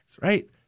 right